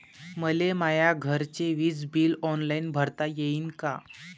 मले माया घरचे विज बिल ऑनलाईन भरता येईन का?